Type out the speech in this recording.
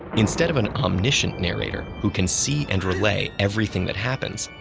instead of an omniscient narrator who can see and relay everything that happens,